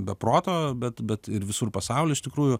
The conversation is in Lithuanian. be proto bet bet ir visur pasauly iš tikrųjų